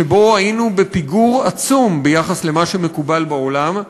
שבו היינו בפיגור עצום ביחס למה שמקובל בעולם,